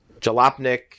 Jalopnik